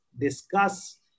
discuss